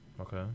Okay